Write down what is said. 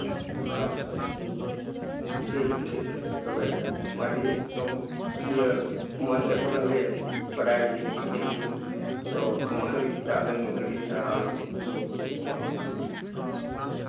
ᱟᱪᱪᱷᱟ ᱟᱪᱪᱷᱟ ᱴᱷᱤᱠ ᱴᱷᱤᱠ ᱛᱚᱵᱮ ᱟᱹᱰᱤ ᱤᱭᱟᱹ ᱢᱚᱡᱽ ᱠᱟᱛᱷᱟ ᱵᱮᱱ ᱞᱟᱹᱭᱟᱜ ᱵᱟᱲᱟᱭ ᱦᱚᱪᱚ ᱠᱮᱜ ᱞᱤᱧᱟ ᱟᱫᱚ ᱚᱱᱟ ᱞᱟᱹᱜᱤᱫ ᱛᱮ ᱟᱵᱮᱱ ᱟᱹᱰᱤ ᱥᱟᱨᱦᱟᱣ ᱞᱤᱧ ᱮᱢᱟᱵᱮᱱ ᱠᱟᱱᱟ